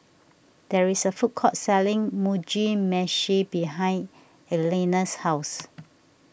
there is a food court selling Mugi Meshi behind Elena's house